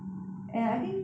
orh